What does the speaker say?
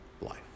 life